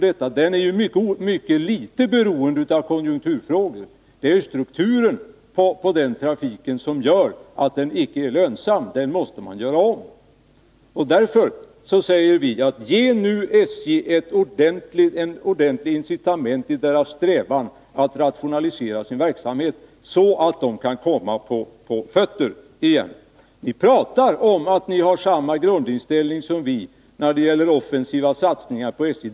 Styckegodstrafiken är mycket litet beroende av konjunkturerna. Det är strukturen på den trafiken som gör att den inte är lönsam. Därför måste den göras om. Och därför säger vi: Ge nu SJ ett ordentligt incitament till rationalisering av sin verksamhet, så att företaget kommer på fötter igen! Ni pratar om att ni har samma grundinställning som vi när det gäller offensiva satsningar på SJ.